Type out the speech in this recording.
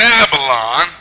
Babylon